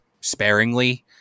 sparingly